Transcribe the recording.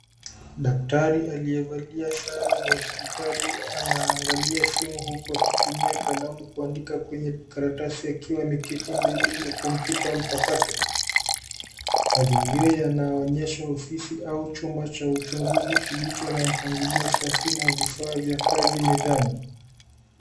Daktari aliyevalia sare za hospitali anaangalia simu huku akitumia kalamu kuandika kwenye karatasi akiwa ameketi mbele ya kompyuta mpakato. Mazingira yanayoonyesha ofisi au chumba cha uchunguzi kilicho na mpangilio safi na vifaa vya kazi mezani.